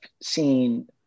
seen